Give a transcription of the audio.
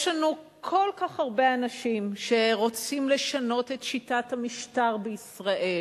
יש לנו כל כך הרבה אנשים שרוצים לשנות את שיטת המשטר בישראל,